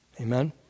Amen